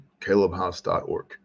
calebhouse.org